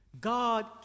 God